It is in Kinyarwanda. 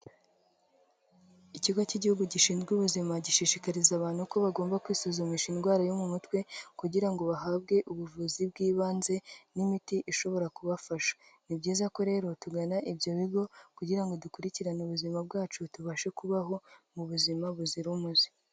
Ikigo cy'igihugu gishinzwe ubuzima, gishishikariza abantu ko bagomba kwisuzumisha indwara yo mu mutwe kugira ngo bahabwe ubuvuzi bw'ibanze n'imiti ishobora kubafasha, ni byiza ko rero tugana ibyo bigo kugira ngo dukurikirane ubuzima bwacu, tubashe kubaho mu buzima buzira umuze.